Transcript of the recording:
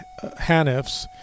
Hanifs